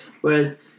Whereas